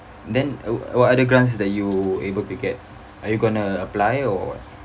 then uh what other grants that you able to get are you gonna apply or what